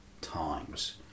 times